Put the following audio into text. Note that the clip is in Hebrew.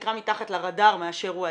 שנקרא מתחת לרדאר מאשר הוא היום,